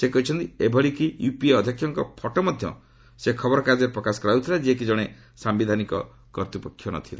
ସେ କହିଛନ୍ତି ଏଭଳି କି ୟୁପିଏ ଅଧ୍ୟକ୍ଷଙ୍କ ଫଟୋ ମଧ୍ୟ ସେ ଖବରକାଗଜ୍ଚରେ ପ୍ରକାଶ କରାଯାଉଥିଲା ଯିଏକି ଜଣେ ସାୟିଧାନିକ କର୍ତ୍ତୃପକ୍ଷ ନଥିଲେ